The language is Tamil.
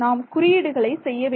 நாம் குறியீடுகளை செய்ய வேண்டும்